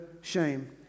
shame